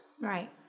Right